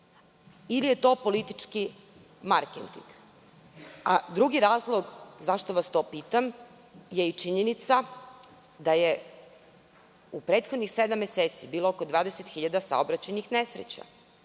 ili je to politički marketing. Drugi razlog zašto vas to pitam je i činjenica da je u prethodnih sedam meseci bilo oko 20.000 saobraćajnih nesreća,